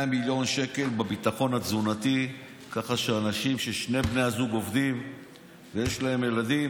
מיליון שקל בביטחון התזונתי כך שאנשים ששני בני הזוג עובדים ויש להם ילדים,